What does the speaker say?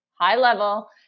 high-level